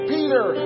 Peter